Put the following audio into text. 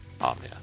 amen